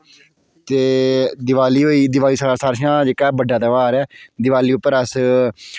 ते देआली होई देआली साढ़ा सारें शा जेह्का बड्डा तेहार ऐ देआली उप्पर अस